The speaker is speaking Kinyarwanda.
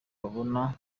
babona